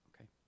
okay